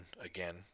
again